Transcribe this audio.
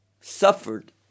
suffered